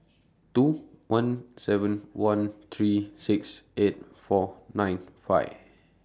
two one seven one three six eight four nine five